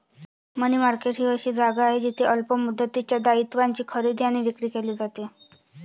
मनी market ही अशी जागा आहे जिथे अल्प मुदतीच्या दायित्वांची खरेदी आणि विक्री केली जाते